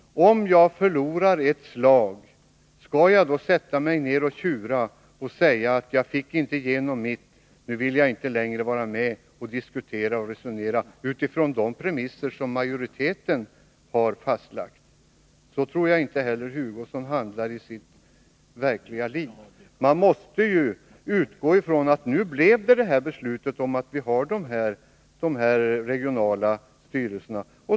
Om jag förlorar ett slag, skall jag då sätta mig ner och tjura och säga: Jag fick inte igenom mitt förslag, och då vill jaginte längre vara med och diskutera och resonera utifrån de premisser som majoriteten har fastlagt. Så tror jag inte heller Kurt Hugosson handlar i det verkliga livet. Vi måste utgå från att det är beslutat att vi skall ha regionala styrelser.